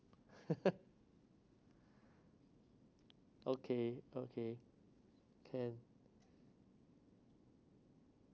okay okay can